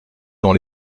dans